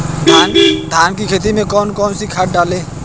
धान की खेती में कौन कौन सी खाद डालें?